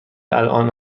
الان